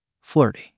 Flirty